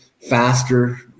faster